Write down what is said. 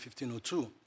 1502